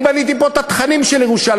אני בניתי פה את התכנים של ירושלים,